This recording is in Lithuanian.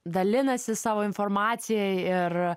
dalinasi savo informacija ir